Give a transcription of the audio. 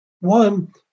One